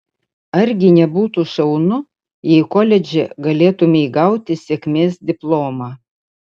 argi nebūtų šaunu jei koledže galėtumei gauti sėkmės diplomą